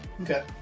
Okay